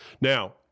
Now